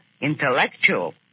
intellectual